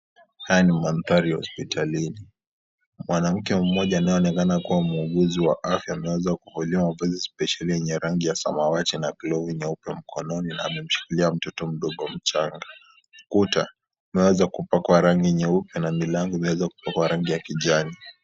Haya ni mandhari ya hospitalini, mwanamke mmoja anayeonekana kuwa muuguzi wa afya ameweza kuvalia mavazi spesheli yenye rangi ya samawati na glovu nyeupe mkononi na amemshikilia mtoto mdogo mchanga. Kuta zimeweza kupakwa rangi nyeupe na milango imeweza kupakwa rangi ya kijani.